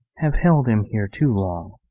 have held him here too long.